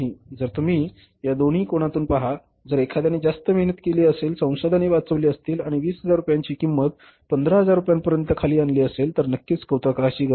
तर तुम्ही या दोन्ही कोनातून पहा जर एखाद्याने जास्त मेहनत केली असेल संसाधने वाचवली असतील आणि 20000 रुपयांची किंमत 15000 रुपयांपर्यंत खाली आणली असेल तर नक्कीच कौतुकाची गरज आहे